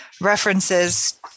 references